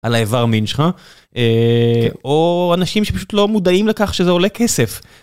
על האיבר מין שלך או אנשים שפשוט לא מודעים לכך שזה עולה כסף.